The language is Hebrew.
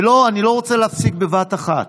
ולא, אני לא רוצה להפסיק בבת אחת.